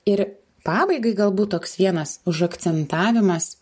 ir pabaigai galbūt toks vienas užakcentavimas